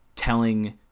telling